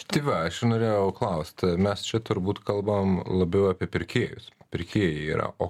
tai va aš ir norėjau klaust mes čia turbūt kalbam labiau apie pirkėjus pirkėjai yra o